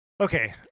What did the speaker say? Okay